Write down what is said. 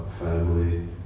family